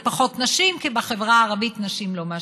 זה פחות נשים, כי בחברה הערבית נשים לא מעשנות.